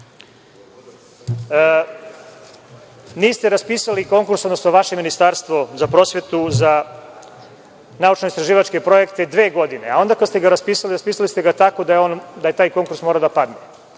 raspisali konkurs, odnosno vaše Ministarstvo za prosvetu za naučno-istraživačke projekte dve godine, a onda kada ste ga raspisali, raspisali ste ga tako da je taj konkurs morao da padne.